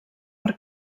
per